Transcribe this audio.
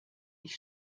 ich